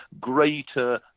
greater